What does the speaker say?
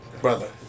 Brother